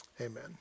amen